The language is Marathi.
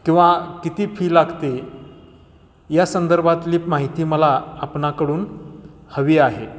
किंवा किती फी लागते या संदर्भातली माहिती मला आपणाकडून हवी आहे